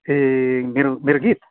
ए मेरो मेरो गीत